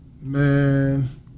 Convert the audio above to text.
Man